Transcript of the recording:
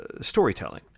storytelling